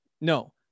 No